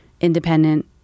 independent